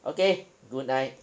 okay good night